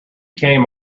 came